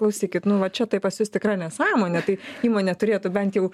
klausykit nu va čia tai pas jus tikra nesąmonė tai įmonė turėtų bent jau